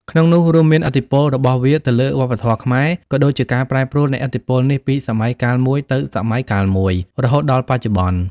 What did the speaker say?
ក្នុងនោះ រួមមានឥទ្ធិពលរបស់វាទៅលើវប្បធម៌ខ្មែរ ក៏ដូចជាការប្រែប្រួលនៃឥទ្ធិពលនេះពីសម័យកាលមួយទៅសម័យកាលមួយ រហូតដល់បច្ចុប្បន្ន។